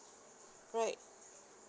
right